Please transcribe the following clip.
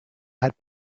had